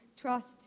trust